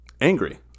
angry